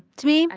to me,